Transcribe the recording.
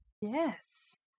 Yes